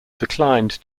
declined